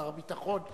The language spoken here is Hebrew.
שר הביטחון,